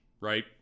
right